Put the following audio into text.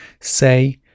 say